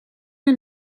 een